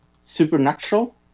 supernatural